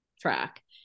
track